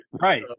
Right